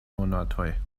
monatoj